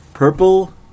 Purple